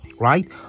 right